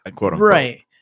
Right